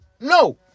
No